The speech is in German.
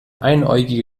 einäugige